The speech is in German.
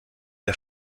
der